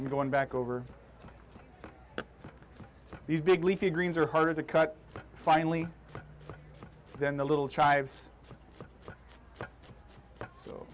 and going back over these big leafy greens are harder to cut finally then the little tribes